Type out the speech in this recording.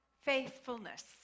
faithfulness